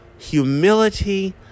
humility